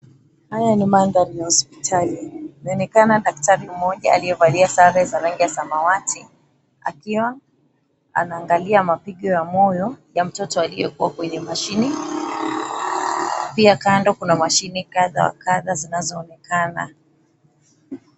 Haya ni mandhari ya hospitali. Inaonekana daktari mmoja aliyevalia sare ya rangi ya samawati, akiwa anaangalia mapigo ya moyo mtoto aliyekua kwenye mashini, pia kando kuna mashini ya kadha wa kadha zinazoonekana.